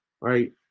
right